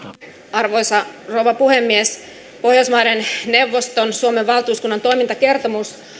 arvoisa rouva puhemies pohjoismaiden neuvoston suomen valtuuskunnan toimintakertomus